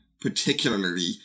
particularly